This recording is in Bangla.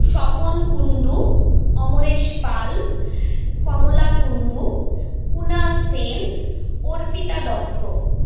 স্বপন কুন্ডু অমরেশ পাল কমলা কুন্ডু কুনাল সেন অর্পিতা দত্ত